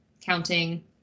counting